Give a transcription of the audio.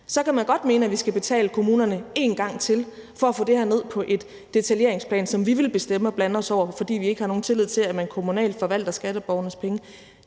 Så kan man godt mene, at vi skal betale kommunerne en gang til for at få det her ned på et detaljeringsplan, som vi vil bestemme over og blande os i, fordi vi ikke har nogen tillid til, at man kommunalt forvalter skatteborgernes penge,